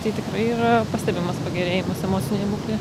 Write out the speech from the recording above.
tai tikrai yra pastebimas pagerėjimas emocinėje būklėje